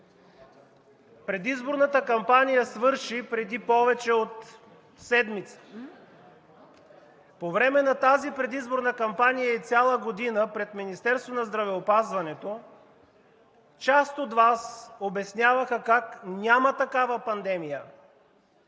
предизборната кампания свърши преди повече от седмица. По време на тази предизборна кампания, а и цяла година пред Министерството на здравеопазването част от Вас обясняваха как няма такава пандемия!